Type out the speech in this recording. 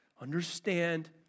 Understand